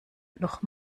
noch